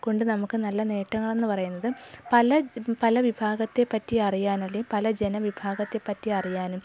കൊണ്ട് നമുക്ക് നല്ല നേട്ടങ്ങൾ എന്ന് പറയുന്നത് പല പല വിഭാഗത്തെ പറ്റി അറിയാൻ അല്ലേൽ പല ജന വിഭാഗത്തെപ്പറ്റി അറിയാനും